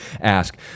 ask